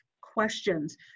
questions